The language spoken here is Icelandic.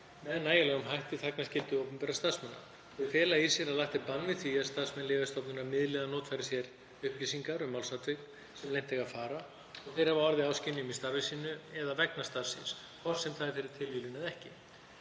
með nægjanlegum hætti þagnarskyldu opinberra starfsmanna. Þau fela í sér að lagt er bann við því að starfsmenn Lyfjastofnunar miðli eða notfæri sér upplýsingar um málsatvik sem leynt eiga að fara og þeir hafa orðið áskynja um í starfi sínu eða vegna starfs síns, hvort sem það er fyrir tilviljun eða ekki.